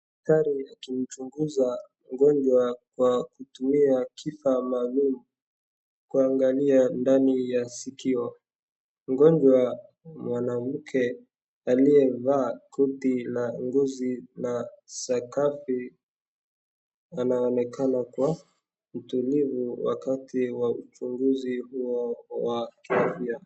Daktari akimchunguza mgonjwa kwa kutumia kifaa maalum kuangalia ndani ya sikio. Mgonjwa mwanamke aliyevaa koti la ngozi na sekafi anaonekana kwa mtulivu wakati wa uchunguzi huo wa kiafya.